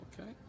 Okay